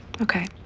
Okay